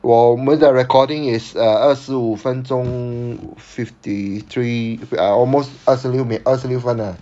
我我们的 recording is uh 二十五分钟 fifty three uh almost 二十六米二十六分了